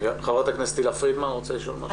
חברת הכנסת תהלה פרידמן רוצה לשאול משהו.